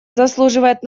заслуживает